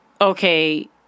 okay